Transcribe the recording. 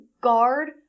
guard